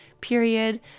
period